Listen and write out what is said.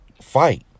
fight